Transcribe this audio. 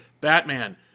Batman